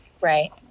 Right